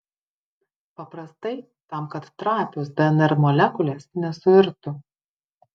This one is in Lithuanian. paprastai tam kad trapios dnr molekulės nesuirtų